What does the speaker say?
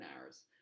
hours